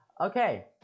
Okay